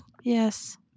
Yes